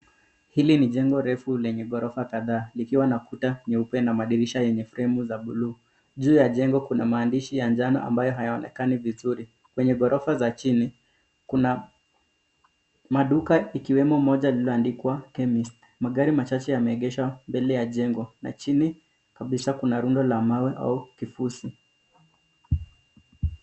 Hili ni jengo refu lenye ghorofa kadhaa likiwa na kuta nyeupe na madirisha yenye fremu za bluu. Juu ya jengo kuna maandishi ya njano ambayo hayaonekani vizuri, kwenye ghorofa za chini kunaduka ikiwemo moja liloandikwa chemist . Magari machache yameegeshwa mbele ya jengo na chini kabisa kuna rundo la mawe au kifusi.